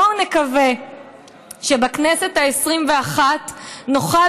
בואו נקווה שבכנסת העשרים ואחת נוכל